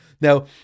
Now